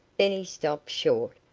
then he stopped short,